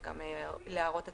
וגם את הערות הציבור.